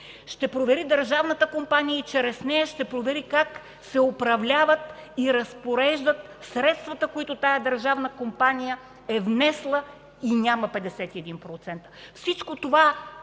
ще провери държавната компания и чрез нея ще провери как се управляват и разпореждат средствата, които тази държавна компания е внесла и нямат 51 процента. Всичко това е